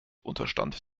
unterstand